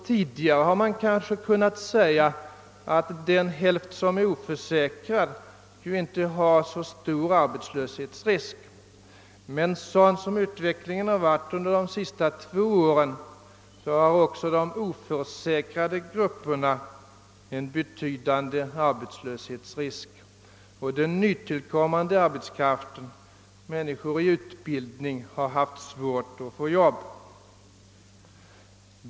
Tidigare kunde man kanske säga att den hälft som är oförsäkrad inte löpte så stor arbetslöshetsrisk. Men utvecklingen under de senaste två åren har medfört att även de oförsäkrade grupperna fått en bety dande arbetslöshetsrisk. Den nytillkommande arbetskraften — människor i utbildning — har haft svårt att få jobb.